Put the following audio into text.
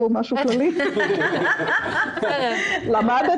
את